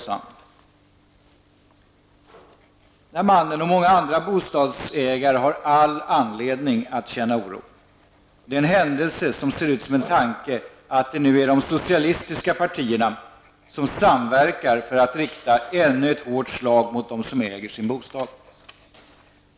Den här mannen och många andra bostadsägare har all anledning att känna oro. Det är en händelse som ser ut som en tanke att det nu är de socialistiska partierna som samverkar för att rikta ännu ett hårt slag mot dem som äger sin bostad.